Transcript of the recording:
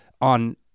on